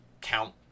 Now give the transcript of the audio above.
count